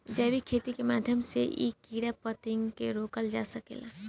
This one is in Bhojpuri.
जैविक खेती के माध्यम से भी इ कीड़ा फतिंगा के रोकल जा सकेला